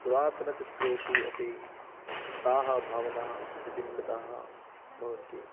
पुरातनचित्रेषु अपि ताः भावनाः प्रतिबिम्बिताः भवन्ति